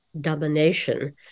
domination